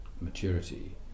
maturity